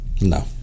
No